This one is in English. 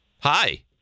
Hi